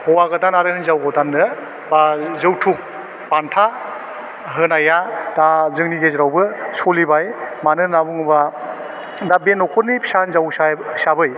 हौवा गोदान आरो हिन्जाव गोदाननो बा जौथुब बान्था होनाया दा जोंनि गेजेरावबो सलिबाय मानो होन्ना बुङोबा बे नख'रनि फिसा हिन्जाव साहे हिसाबै